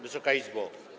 Wysoka Izbo!